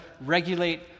regulate